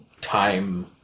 time